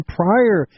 prior